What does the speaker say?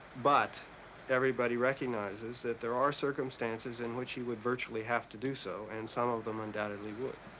but everybody recognizes that there are circumstances in which he would virtually have to do so and some of them undoubtedly would.